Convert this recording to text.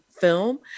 film